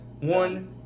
one